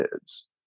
kids